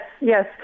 yes